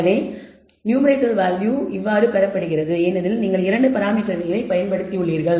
எனவே பொதுவாக numerator value பெறப்படுகிறது ஏனெனில் நீங்கள் 2 பராமீட்டர்களை பயன்படுத்தியுள்ளீர்கள்